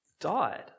died